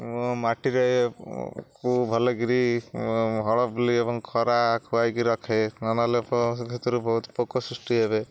ମାଟିରେ କୁ ଭଲ କିରି ହଳ ବୁଲେଇ ଏବଂ ଖରା ଖୁଆଇକି ରଖେ ନହେଲେ ସେଥିରୁ ବହୁତ ପୋକ ସୃଷ୍ଟି ହେବେ